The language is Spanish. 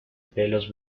pelos